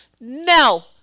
No